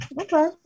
Okay